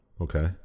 Okay